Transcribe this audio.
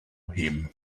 him